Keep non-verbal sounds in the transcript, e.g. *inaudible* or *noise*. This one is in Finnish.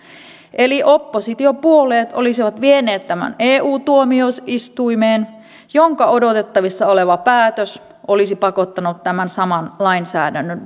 eli oppositiopuolueet olisivat vieneet tämän eu tuomioistuimeen jonka odotettavissa oleva päätös olisi pakottanut tämän saman lainsäädännön *unintelligible*